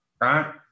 right